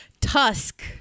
Tusk